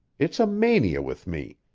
it's a mania with me.